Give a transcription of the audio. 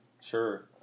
sure